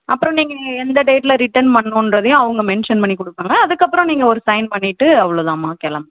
அப்புறம் நீங்கள் எந்த டேடில் ரிட்டன் பண்ணுன்றதையும் அவங்க மென்ஷன் பண்ணி கொடுப்பாங்க அதுக்கப்புறம் நீங்கள் ஒரு சைன் பண்ணிவிட்டு அவ்வளோ தான்ம்மா கிளம்பலாம்